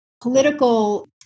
political